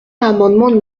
l’amendement